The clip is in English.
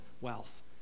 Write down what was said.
wealth